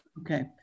Okay